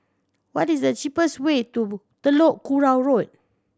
what is the cheapest way to Telok Kurau Road